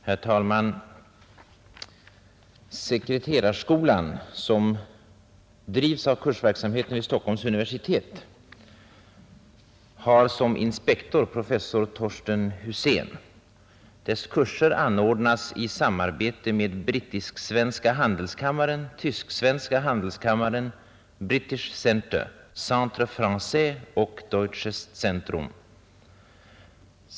Herr talman! Sekreterarskolan, som drivs av Kursverksamheten vid Stockholms universitet, har som inspektor professor Torsten Husén. Dess kurser anordnas i samarbete med brittisk-svenska handelskammaren, tysk-svenska handelskammaren, British Centre, Centre Frangais och Deutsches Zentrum.